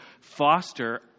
foster